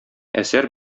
әсәр